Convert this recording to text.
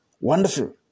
Wonderful